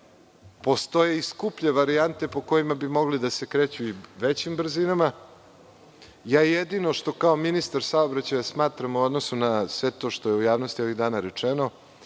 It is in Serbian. Postoje i skuplje varijante po kojima bi mogli da se kreću i većim brzinama. Jedino što kao ministar saobraćaja smatram u odnosu na sve to što je u javnosti ovih dana rečeno